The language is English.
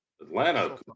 Atlanta